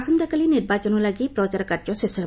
ଆସନ୍ତାକାଲି ନିର୍ବାଚନ ଲାଗି ପ୍ରଚାର କାର୍ଯ୍ୟ ଶେଷ ହେବ